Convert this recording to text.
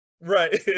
Right